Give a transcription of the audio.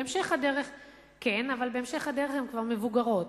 בהמשך הדרך הן כבר מבוגרות,